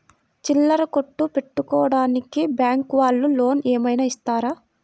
చిల్లర కొట్టు పెట్టుకోడానికి బ్యాంకు వాళ్ళు లోన్ ఏమైనా ఇస్తారా?